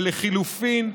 ולחלופין,